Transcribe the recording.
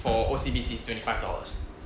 for O_C_B_C is twenty five dollars